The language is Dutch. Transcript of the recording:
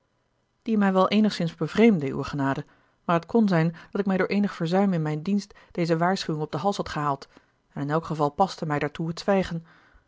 die mij wel eenigszins bevreemdde uwe genade maar het kon zijn dat ik mij door eenig verzuim in mijn dienst deze waarschuwing op den hals had gehaald en in elk geval paste mij daartoe het zwijgen